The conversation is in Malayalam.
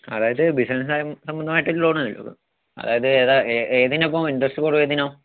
അതായത് ബിസിനസ് സംബന്ധമായിട്ട് ലോൺ ആണ് അതായത് ഏതിനാണ് ഇപ്പം ഇന്ററസ്റ്റ് കുറവ് ഇപ്പോൾ